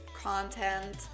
content